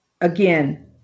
again